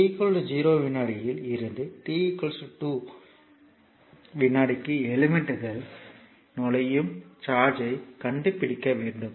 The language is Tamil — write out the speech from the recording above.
t 0 வினாடியில் இருந்து t 2 விநாடிக்கு எலிமெண்ட்க்குள் நுழையும் சார்ஜ்யைக் கண்டுபிடிக்க வேண்டும்